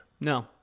No